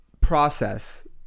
process